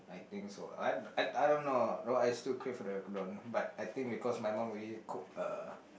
don't think so I I don't know though I still crave for the oyakodon but I think because my mum already cook a